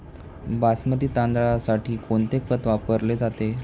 बासमती तांदळासाठी कोणते खत वापरले जाते?